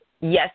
Yes